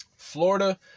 Florida